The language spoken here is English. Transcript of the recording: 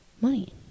money